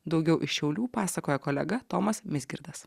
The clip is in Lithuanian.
daugiau iš šiaulių pasakoja kolega tomas mizgirdas